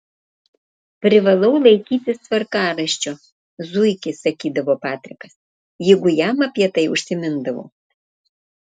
privalau laikytis tvarkaraščio zuiki sakydavo patrikas jeigu jam apie tai užsimindavau